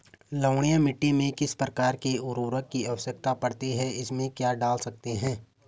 लवणीय मिट्टी में किस प्रकार के उर्वरक की आवश्यकता पड़ती है इसमें क्या डाल सकते हैं?